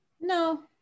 No